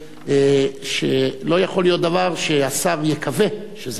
לא יכול להיות שהשר יקווה שזה לא יהיה.